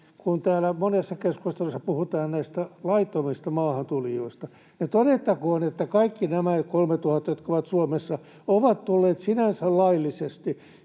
Kun täällä monessa keskustelussa puhutaan näistä laittomista maahantulijoista, niin todettakoon, että kaikki nämä 3 000, jotka ovat Suomessa, ovat tulleet sinänsä laillisesti,